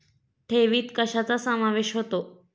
ठेवीत कशाचा समावेश होतो?